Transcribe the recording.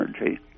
energy